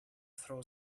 throw